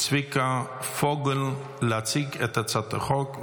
צביקה פוגל להציג את הצעת החוק.